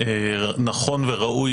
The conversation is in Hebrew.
נכון וראוי,